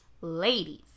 ladies